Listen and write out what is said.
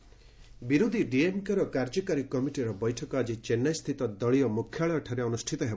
DMK meet ବିରୋଧି DMK ର କାର୍ଯ୍ୟକାରୀ କମିଟିର ବୈଠକ ଆଜି ଚେନ୍ନାଇ ସ୍ଥିତ ଦଳୀୟ ମୁଖ୍ୟାଳୟଠାରେ ଅନୁଷ୍ଠିତ ହେବ